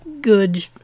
good